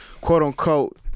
quote-unquote